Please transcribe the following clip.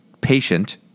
patient